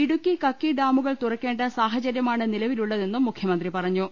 ഇടുക്കി കക്കി ഡാമുകൾ തുറക്കേണ്ട സാഹചര്യ മാണ് നിലവിലുളളതെന്നും മുഖ്യമന്ത്രി പറഞ്ഞു